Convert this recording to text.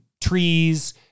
trees